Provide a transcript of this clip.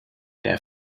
der